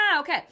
okay